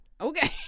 Okay